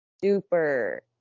super